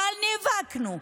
אבל נאבקנו,